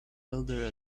elder